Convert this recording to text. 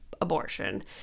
abortion